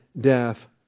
death